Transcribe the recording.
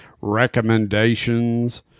recommendations